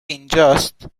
اینجاست